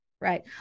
Right